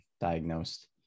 diagnosed